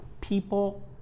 people